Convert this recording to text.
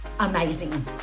Amazing